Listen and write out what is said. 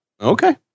okay